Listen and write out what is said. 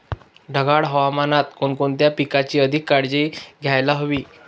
ढगाळ हवामानात कोणकोणत्या पिकांची अधिक काळजी घ्यायला हवी?